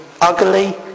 ugly